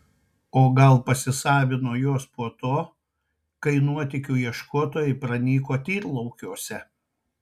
o gal pasisavino juos po to kai nuotykių ieškotojai pranyko tyrlaukiuose